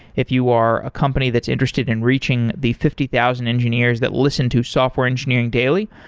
if you are a company that's interested in reaching the fifty thousand engineers that listen to software engineering daily,